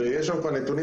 ויש נתונים,